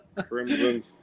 Crimson